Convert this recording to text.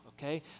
Okay